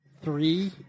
three